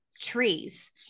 trees